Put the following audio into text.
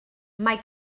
mae